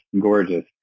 gorgeous